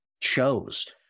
shows